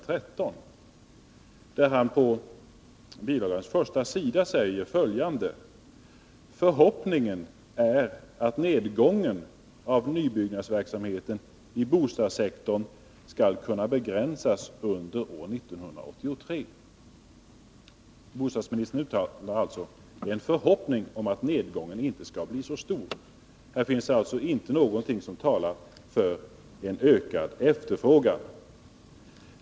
13, där han på den första sidan säger följande: ”Förhoppningen är att nedgången av nybyggnadsverksamheten i bostadssektorn skall kunna begränsas under år 1983.” Bostadsministern uttalar alltså en förhoppning om att nedgången inte skall bli så stor. Här finns inte någonting som talar för en ökad efterfrågan.